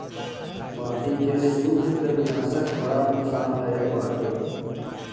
माटी के सूत्रकृमिनाशक बड़ा नुकसानदायक बाटे